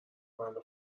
بنده